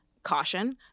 Caution